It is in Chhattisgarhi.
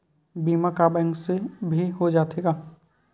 बीमा का बैंक से भी हो जाथे का?